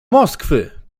moskwy